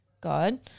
God